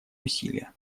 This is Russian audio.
усилия